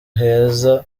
heza